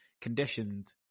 conditioned